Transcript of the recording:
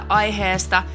aiheesta